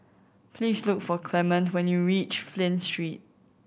please look for Clement when you reach Flint Street